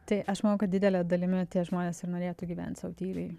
tai aš manau kad didele dalimi tie žmonės ir norėtų gyvent sau tyliai